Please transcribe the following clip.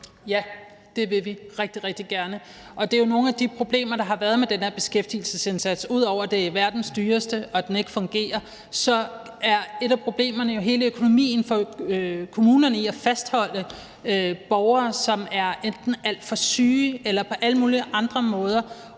Ja, det vil vi rigtig, rigtig gerne. Det er jo nogle af de problemer, der har været med den her beskæftigelsesindsats. Ud over at det er verdens dyreste og at den ikke fungerer, så er et af problemerne jo hele økonomien for kommunerne i at fastholde borgere, som enten er alt for syge eller på alle mulige andre måder